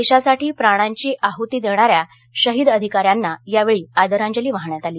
देशासाठी प्राणांची आहुती देणाऱ्या शहीद अधिकाऱ्यांना आदरांजली वाहण्यात आली